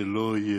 שלא יהיה